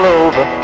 over